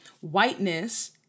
whiteness